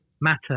matter